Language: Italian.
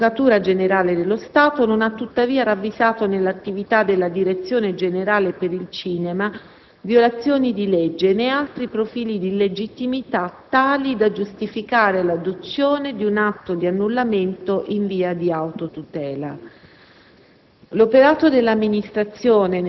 L'Avvocatura generale dello Stato non ha tuttavia ravvisato nell'attività della direzione generale per il cinema violazioni di legge, né altri profili di illegittimità tali da giustificare l'adozione di un atto di annullamento in via di autotutela.